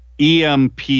EMP